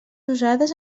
usades